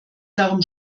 darum